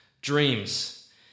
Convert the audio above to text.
dreams